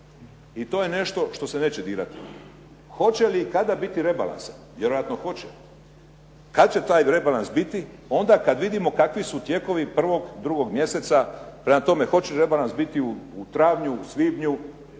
i to je nešto što se neće dirati. Hoće li i kada biti rebalans? Vjerojatno hoće. Kada će taj rebalans biti? Onda kad vidimo kakvi su tijekovi 1. i 2. mjeseca, prema tome hoće li rebalans biti u travnja, u svibnju. Bio